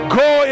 go